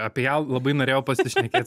apie ją labai norėjau pasišnekėt